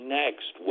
next